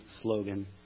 slogan